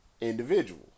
individual